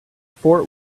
fort